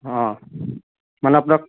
অ মানে আপোনাক